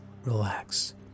relax